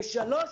ושלישית,